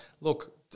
look